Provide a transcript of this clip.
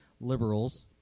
liberals